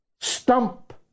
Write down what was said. stump